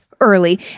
early